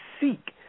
seek